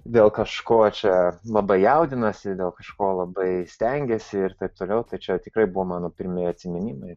dėl kažko čia labai jaudinasi dėl kažko labai stengiasi ir taip toliau tai čia tikrai buvo mano pirmieji atsiminimai